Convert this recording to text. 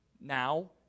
Now